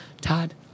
Todd